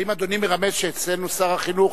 האם אדוני מרמז שאצלנו שר החינוך,